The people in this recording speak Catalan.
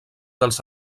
dels